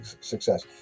success